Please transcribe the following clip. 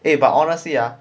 eh but honestly ah